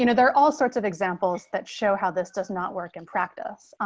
you know, there are all sorts of examples that show how this does not work in practice,